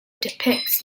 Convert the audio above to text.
depicts